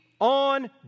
on